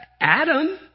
Adam